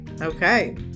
Okay